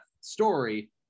story